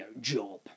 job